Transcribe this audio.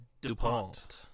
DuPont